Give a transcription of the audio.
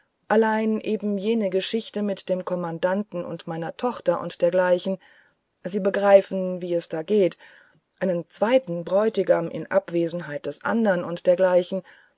allein eben jene geschichte mit dem kommandanten und meiner tochter und dergleichen sie begreifen wie es da geht einen zweiten bräutigam in abwesenheit des anderen und dergleichen